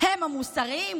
הם המוסריים,